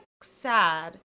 sad